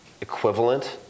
equivalent